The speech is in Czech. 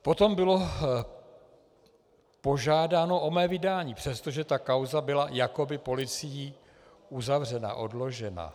Potom bylo požádáno o mé vydání, přestože ta kauza byla jakoby policií uzavřena, odložena.